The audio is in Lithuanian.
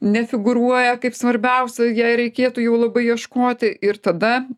nefigūruoja kaip svarbiausia jei reikėtų jau labai ieškoti ir tada